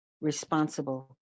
responsible